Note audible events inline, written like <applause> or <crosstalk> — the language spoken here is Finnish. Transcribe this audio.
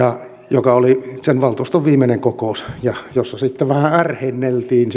joka oli sen valtuuston viimeinen kokous ja jossa sitten vähän ärhenneltiin <unintelligible>